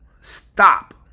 stop